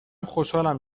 خوشحالم